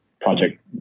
project